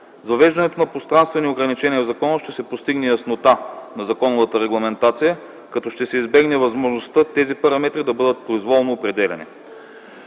въвеждането на пространствени ограничения в закона ще се постигне яснота на законовата регламентация, като ще се избегне възможността тези параметри да бъдат произволно определяни.